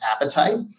appetite